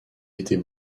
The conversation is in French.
était